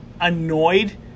Annoyed